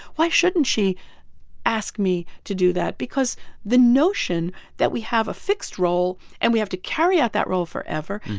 why shouldn't she ask me to do that? because the notion that we have a fixed role and we have to carry out that role forever,